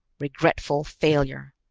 regretful failure.